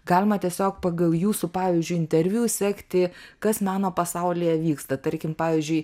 galima tiesiog pagal jūsų pavyzdžiui interviu sekti kas meno pasaulyje vyksta tarkim pavyzdžiui